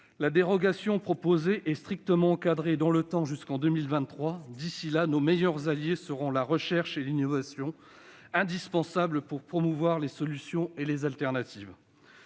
La dérogation proposée est strictement encadrée dans le temps, jusqu'en 2023. D'ici là, nos meilleurs alliés seront la recherche et l'innovation, lesquelles sont indispensables pour promouvoir le plus grand nombre